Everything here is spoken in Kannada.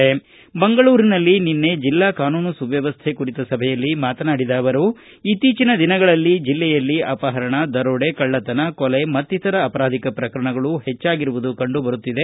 ಅವರು ಮಂಗಳೂರಿನಲ್ಲಿ ನಿನ್ನೆ ಜಿಲ್ಲಾ ಕಾನೂನು ಸುವ್ಯವಸ್ಥೆ ಕುರಿತ ಸಭೆಯಲ್ಲಿ ಮಾತನಾಡಿ ಇತ್ತೀಚಿನ ದಿನಗಳಲ್ಲಿ ಜಿಲ್ಲೆಯಲ್ಲಿ ಅಪಹರಣ ದರೋಡೆ ಕಳ್ಳತನ ಕೊಲೆ ಮತ್ತಿತರ ಅಪರಾಧಿಕ ಪ್ರಕರಣಗಳು ಹೆಚ್ಚಾಗಿರುವುದುಕಂಡುಬರುತ್ತಿದೆ